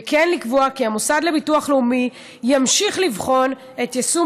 וכן לקבוע כי המוסד לביטוח לאומי ימשיך לבחון את יישום